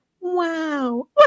wow